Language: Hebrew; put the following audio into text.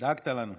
דאגת לנו.